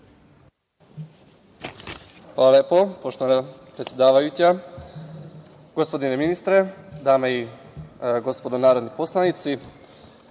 Hvala lepo, poštovana predsedavajuća. Gospodine ministre, dame i gospodo narodni poslanici,